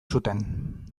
zuten